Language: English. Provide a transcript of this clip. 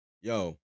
yo